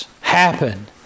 happen